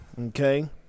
Okay